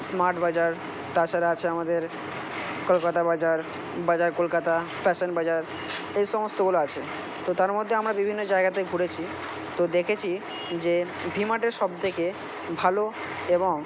smart Bazaar তাছাড়া আছে আমাদের কলকাতা বাজার বাজার কলকাতা ফ্যাশান বাজার এই সমস্তগুলো আছে তো তার মধ্যে আমরা বিভিন্ন জায়গাতে ঘুরেছি তো দেখেছি যে ভি মার্টের সব থেকে ভালো এবং